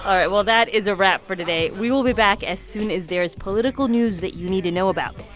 right. well, that is a wrap for today. we will be back as soon as there is political news that you need to know about.